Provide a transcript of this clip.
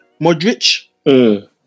Modric